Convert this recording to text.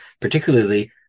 particularly